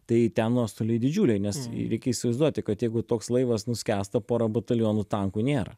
tai ten nuostoliai didžiuliai nes reikia įsivaizduoti kad jeigu toks laivas nuskęsta pora batalionų tankų nėra